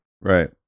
Right